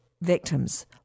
victims